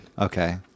Okay